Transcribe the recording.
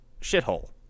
shithole